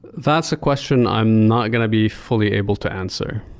that's a question i'm not going to be fully able to answer.